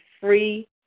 free